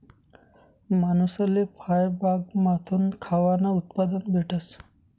मानूसले फयबागमाथून खावानं उत्पादन भेटस